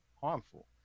harmful